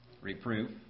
reproof